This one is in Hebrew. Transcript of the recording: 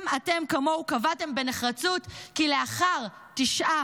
גם אתם כמוהו קבעתם בנחרצות כי לאחר תשעה